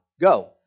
Go